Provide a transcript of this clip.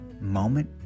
moment